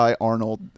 arnold